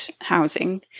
housing